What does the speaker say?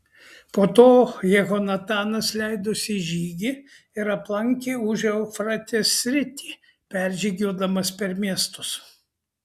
po to jehonatanas leidosi į žygį ir aplankė užeufratės sritį peržygiuodamas per miestus